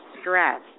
stress